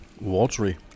watery